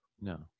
No